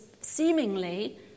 seemingly